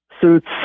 suits